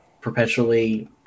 perpetually